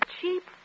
cheap